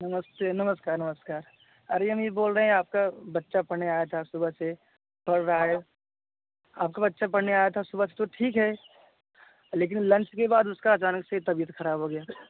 नमस्ते नमस्कार नमस्कार नमस्कार अरे हम यह बोल रहें आपका बच्चा पढ़ने आया था सुबह से पढ़ रहा है आपका बच्चा पढ़ने आया था सुबह से तो ठीक है लेकिन लंच के बाद उसकी अचानक से तबियत ख़राब हो गई